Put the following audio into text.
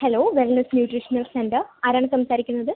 hello wellness nutritional centre ആരാണ് സംസാരിക്കുന്നത്